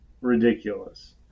ridiculous